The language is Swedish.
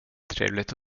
trevligt